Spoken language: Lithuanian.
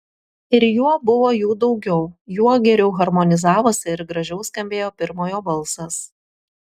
ir juo buvo jų daugiau juo geriau harmonizavosi ir gražiau skambėjo pirmojo balsas